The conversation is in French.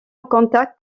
contact